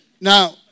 Now